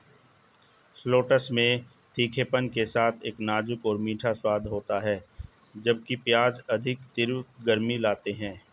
shallots में तीखेपन के साथ एक नाजुक और मीठा स्वाद होता है, जबकि प्याज अधिक तीव्र गर्मी लाते हैं